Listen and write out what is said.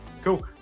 Cool